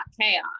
chaos